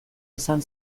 izan